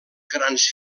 grans